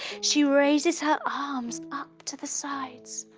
she raises her arms up to the sides